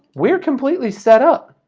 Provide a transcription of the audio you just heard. we're completely set up.